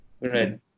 Right